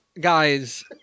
Guys